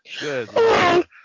Good